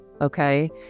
okay